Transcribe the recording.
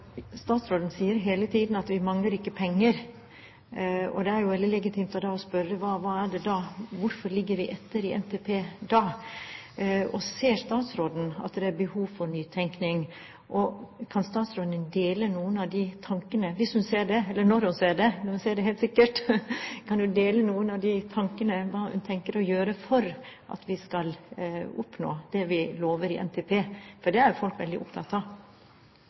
Statsråden sier hele tiden at vi ikke mangler penger. Da er det jo veldig legitimt å spørre: Hva er det da? Hvorfor ligger vi da etter i NTP? Ser statsråden at det er behov for nytenkning? Kan statsråden dele noen av de tankene – hvis hun ser det, eller når hun ser det, noe hun helt sikkert ser – om hva hun tenker å gjøre for at vi skal oppnå det vi lover i NTP? For det er folk veldig opptatt av.